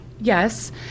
yes